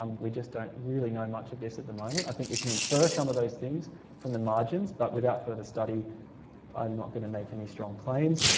um we just don't really know much of this at the moment. i think we can infer some of those things from the margins but without further study i'm not going to make any strong claims.